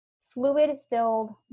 fluid-filled